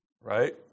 right